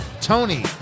Tony